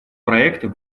проекта